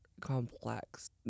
complex